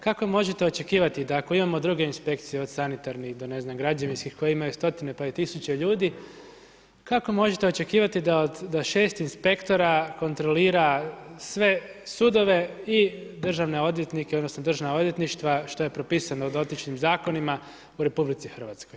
Kako možete očekivati da ako imamo druge inspekcije, od sanitarnih do ne znam, građevinskih, koje imaju stotine pa i tisuće ljudi, kako možete očekivati da 6 inspektora kontrolira sve sudove i državne odvjetnike odnosno državna odvjetništva, što je propisano dotičnim zakonima u RH.